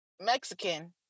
Mexican